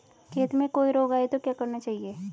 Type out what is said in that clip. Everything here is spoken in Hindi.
खेत में कोई रोग आये तो क्या करना चाहिए?